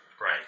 Right